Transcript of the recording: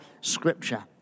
scripture